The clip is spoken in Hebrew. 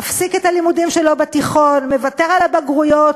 מפסיק את הלימודים שלו בתיכון, מוותר על הבגרויות